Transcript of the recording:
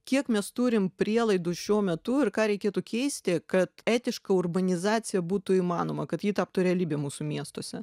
kiek mes turim prielaidų šiuo metu ir ką reikėtų keisti kad etiška urbanizacija būtų įmanoma kad ji taptų realybe mūsų miestuose